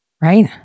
Right